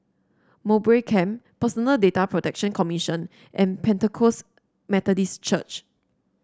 Mowbray Camp Personal Data Protection Commission and Pentecost Methodist Church